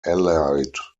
allied